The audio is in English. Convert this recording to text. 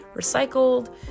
recycled